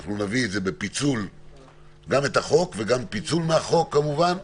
נביא גם את החוק וגם פיצול מהחוק כמובן,